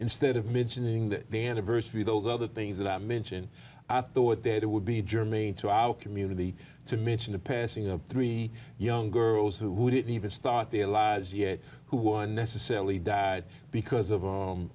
instead of mentioning the anniversary those other things that i mentioned i thought that it would be germane to our community to mention the passing of three young girls who didn't even start their lives yet who one necessarily died because of